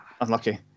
Unlucky